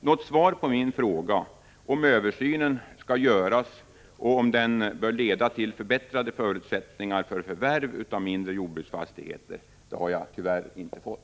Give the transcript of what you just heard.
Något svar på min fråga, om översynen skall göras och om den bör leda till förbättrade förutsättningar för förvärv av mindre jordbruksfastigheter, har jag tyvärr inte fått.